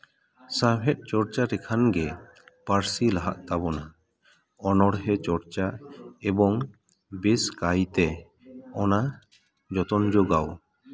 ᱥᱟᱶᱦᱮᱫ ᱪᱚᱨᱪᱟ ᱞᱮᱠᱷᱟᱱ ᱜᱮ ᱯᱟᱹᱨᱥᱤ ᱞᱟᱦᱟᱜ ᱛᱟᱵᱚᱱᱟ ᱚᱱᱚᱲᱦᱮᱸ ᱪᱚᱨᱪᱟ ᱮᱵᱚᱝ ᱵᱮᱥ ᱠᱟᱭᱛᱮ ᱚᱱᱟ ᱡᱚᱛᱚᱱ ᱡᱚᱜᱟᱣ